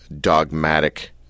dogmatic